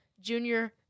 junior